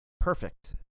perfect